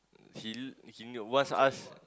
he l~ he need wants us